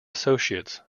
associates